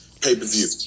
pay-per-view